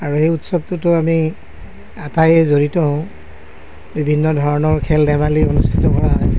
আৰু সেই উৎসৱটোতো আমি আটাইয়ে জড়িত হওঁ বিভিন্ন ধৰণৰ খেল ধেমালি অনুষ্ঠিত কৰা হয়